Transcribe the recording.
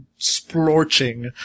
splorching